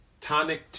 Tonic